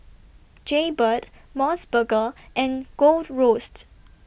Jaybird Mos Burger and Gold Roast